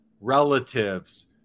relatives